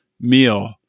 meal